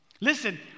Listen